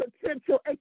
potential